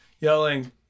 yelling